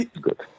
good